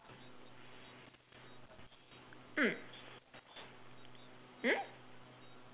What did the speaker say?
mm mm